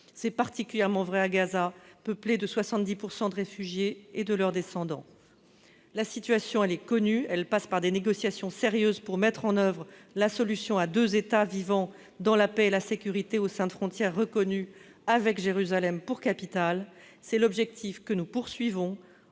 C'est particulièrement vrai à Gaza, territoire peuplé de 70 % de réfugiés et de descendants de réfugiés. La situation est connue, son règlement passe par des négociations sérieuses pour mettre en oeuvre la solution à deux États vivant dans la paix et la sécurité au sein de frontières reconnues, avec Jérusalem pour capitale. C'est l'objectif que nous poursuivons,